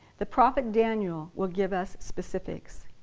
the prophet daniel will give us specifics.